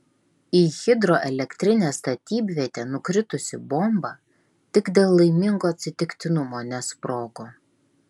į hidroelektrinės statybvietę nukritusi bomba tik dėl laimingo atsitiktinumo nesprogo